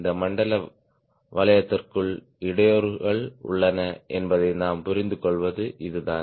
இந்த மண்டல வலயத்திற்குள் இடையூறுகள் உள்ளன என்பதை நாம் புரிந்துகொள்வது இதுதான்